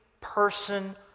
person